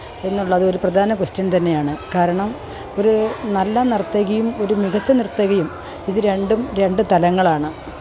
എന്നുള്ളതൊരു പ്രധാന കൊസ്റ്റ്യന് തന്നെയാണ് കാരണം ഒരു നല്ല നര്ത്തകീം ഒരു മികച്ച നിര്ത്തകീം ഇത് രണ്ടും രണ്ട് തലങ്ങളാണ്